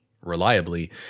reliably